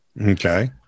Okay